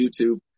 YouTube